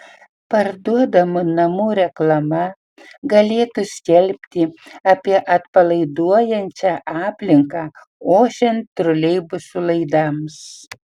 parduodamų namų reklama galėtų skelbti apie atpalaiduojančią aplinką ošiant troleibusų laidams